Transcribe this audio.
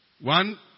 One